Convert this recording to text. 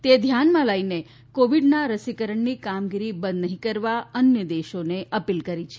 તે ધ્યાનમાં લઇને કોવીડના રસીકરણની કામગીરી બંધ નહિં કરવા અન્ય દેશોને અપીલ કરી છે